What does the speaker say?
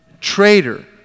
Traitor